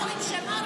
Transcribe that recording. לא קוראים שמות?